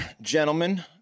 Gentlemen